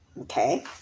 Okay